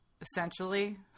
essentially